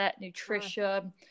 nutrition